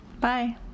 Bye